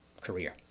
career